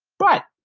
but,